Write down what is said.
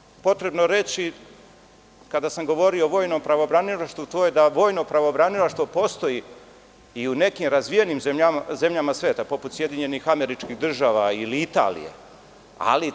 Ono što je potrebno reći, kada sam govorio o vojnom pravobranilaštvu, to je da vojno pravobranilaštvo postoji i u nekim razvijenim zemljama sveta, poput SAD ili Italije, ali